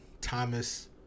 Thomas